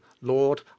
lord